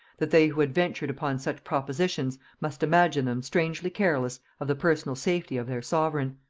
that they who had ventured upon such propositions must imagine them strangely careless of the personal safety of their sovereign.